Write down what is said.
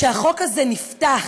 הוא שהחוק הזה נפתח,